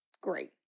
great